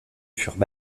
furent